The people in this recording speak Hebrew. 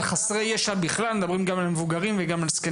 חסרי ישע בכלל ומדברים גם על מבוגרים ועל זקנים.